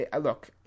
Look